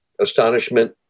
astonishment